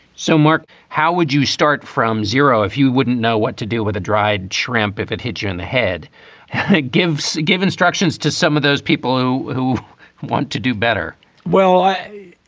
so mark, how would you start from zero if you wouldn't know what to do with a dry tramp if it hit you in the head? it gives give instructions to some of those people who who want to do better well,